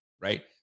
right